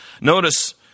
Notice